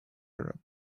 arab